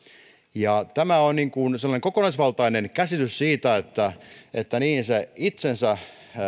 tämä on sellainen kokonaisvaltainen käsitys siitä että että on se itsensä